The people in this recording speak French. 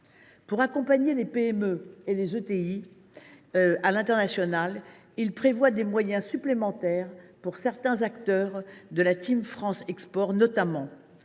Pour accompagner les PME et ETI à l’international, il prévoit des moyens supplémentaires pour certains acteurs de la. Je citerai le renforcement